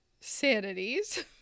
sanities